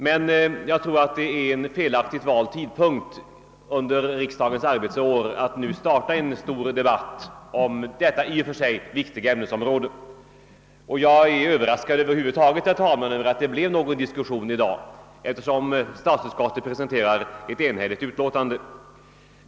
Jag tror emellertid det är en olyckligt vald tidpunkt under riksdagens arbetsår att nu starta en debatt om detta i och för sig viktiga ämne. Jag är över huvud taget överraskad, herr talman, av att det har blivit någon diskussion i dag, eftersom statsutskottet presenterar ett enhälligt utlåtande.